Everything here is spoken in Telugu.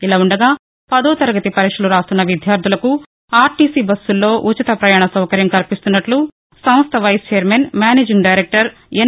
ఇలా ఉండగా పదో తరగతి పరీక్షలు రాస్తున్న విద్యార్దులకు ఆర్టీసీ బస్సుల్లో ఉచిత ప్రయాణ సౌకర్యం కల్పిస్తున్నట్లు సంస్థ వైస్ ఛైర్మన్ మేనేజింగ్ డైరెక్టర్ ఎన్